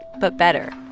but better?